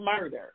murder